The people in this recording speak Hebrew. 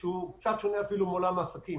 שהוא קצת שונה מעולם העסקים,